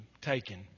taken